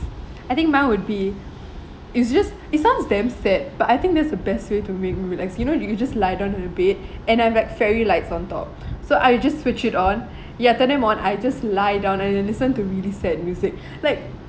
I think mine would be it's just it sounds damn sad but I think this is the best way to make me relax you know you you just lie down on the bed and I have like fairy lights on top so I just switch it on yes turn it on I just lie down and listen to really sad music like